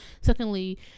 secondly